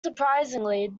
surprisingly